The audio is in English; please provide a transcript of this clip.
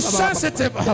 sensitive